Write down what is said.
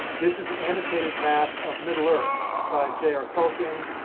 this is an annotated map of middle earth by jr tolkien,